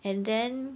and then